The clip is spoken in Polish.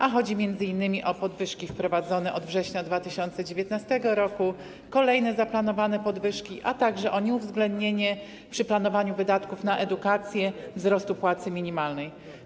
A chodzi m.in. o podwyżki wprowadzone od września 2019 r., kolejne zaplanowane podwyżki, a także o nieuwzględnienie przy planowaniu wydatków na edukację wzrostu płacy minimalnej.